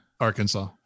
Arkansas